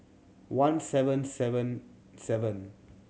one seven seven seven